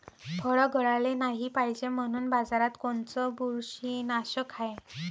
फळं गळाले नाही पायजे म्हनून बाजारात कोनचं बुरशीनाशक हाय?